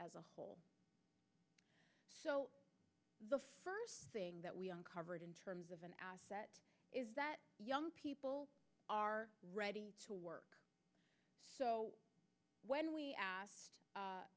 as a whole so the first that we covered in terms of an asset is that young people are ready to work so when we asked